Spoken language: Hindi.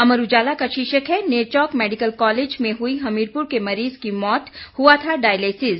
अमर उजाला का शीर्षक है नेरचौक मैडिकल कॉलेज में हुई हमीरपुर के मरीज की मौत हुआ था डायलिसिस